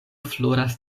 floras